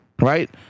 Right